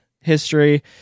history